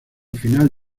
final